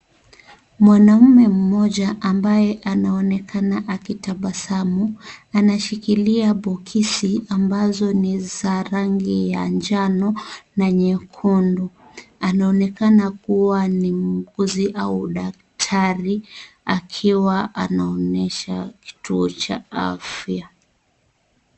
Mwanaume mmoja ambaye anaonekana akitabasamu, anashikilia bukisi ambazo ni za rangi ya njano na nyekundu anaonekana kuwa ni muuguzi au daktari akiwa anaonyesha kituo cha afya.